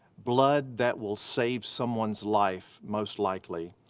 blood that will save someone's life most likely,